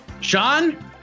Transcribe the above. Sean